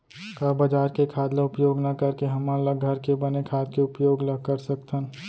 का बजार के खाद ला उपयोग न करके हमन ल घर के बने खाद के उपयोग ल कर सकथन?